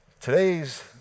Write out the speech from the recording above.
Today's